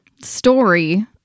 story